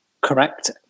correct